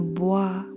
bois